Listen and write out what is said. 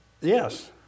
Yes